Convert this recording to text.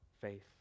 faith